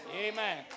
Amen